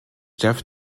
jeff